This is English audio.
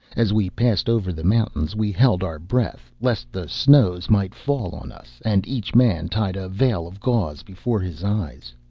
as we passed over the mountains we held our breath lest the snows might fall on us, and each man tied a veil of gauze before his eyes.